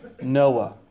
Noah